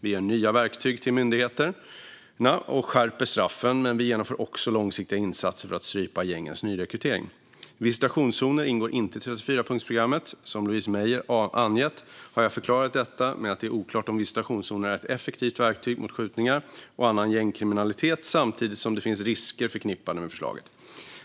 Vi ger nya verktyg till myndigheterna och skärper straffen, men vi genomför också långsiktiga insatser för att strypa gängens nyrekrytering. Visitationszoner ingår inte i 34-punktsprogrammet. Som Louise Meijer angett har jag förklarat detta med att det är oklart om visitationszoner är ett effektivt verktyg mot skjutningar och annan gängkriminalitet, samtidigt som det finns risker förknippade med förslaget.